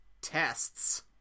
tests